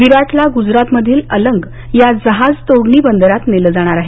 विराटला गुजरातमधील अलंग या जहाज तोडणी बंदरात नेलं जाणार आहे